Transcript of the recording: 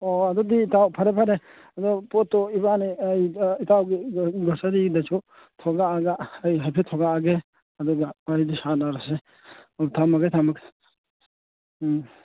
ꯑꯣ ꯑꯗꯨꯗꯤ ꯏꯇꯥꯎ ꯐꯔꯦ ꯐꯔꯦ ꯑꯗꯣ ꯄꯣꯠꯇꯣ ꯏꯕꯥꯟꯅꯤ ꯏꯇꯥꯎꯒꯤ ꯒ꯭ꯔꯣꯁꯥꯔꯤꯗꯁꯨ ꯊꯣꯛꯂꯛꯂꯒ ꯑꯩ ꯍꯥꯏꯐꯦꯠ ꯊꯣꯛꯂꯛꯂꯒꯦ ꯑꯗꯨꯒ ꯋꯥꯔꯤꯗꯨ ꯁꯥꯟꯅꯔꯁꯤ ꯑꯣ ꯊꯝꯃꯒꯦ ꯊꯝꯃꯒꯦ ꯎꯝ